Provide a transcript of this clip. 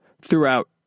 throughout